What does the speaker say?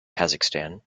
kazakhstan